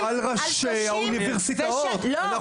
פה על ראשי האוניברסיטאות --- לא,